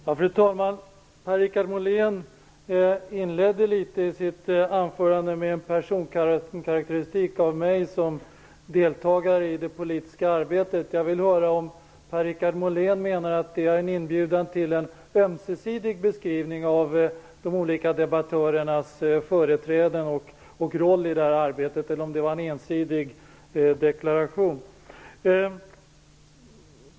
Fru talman! Per-Richard Molén inledde sitt anförande med en personkarakteristik över mig som deltagare i det politiska arbetet. Jag vill höra om han vill inbjuda till en ömsesidig karaktärsbeskrivning av de olika debattörerna och deras roll eller om det var en ensidig deklaration.